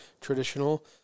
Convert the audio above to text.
traditional